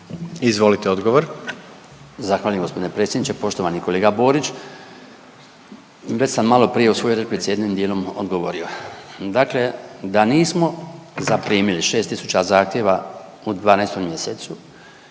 Branko (HDZ)** Zahvaljujem g. predsjedniče. Poštovani kolega Borić, već sam maloprije u svojoj replici jednim dijelom odgovorio. Dakle da nismo zaprimili 6 tisuća zahtjeva u 12. mjesecu,